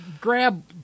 grab